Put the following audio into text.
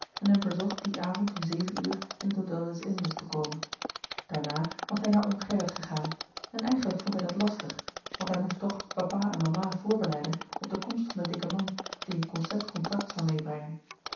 en hem verzocht dien avond om zeven uur in het hôtel des indes te komen daarna was hij naar oom gerrit gegaan en eigenlijk vond hij dat lastig want hij moest toch papa en mama voorbereiden op de komst van den dikken man die een concept contract zoû meêbrengen